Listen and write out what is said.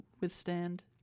withstand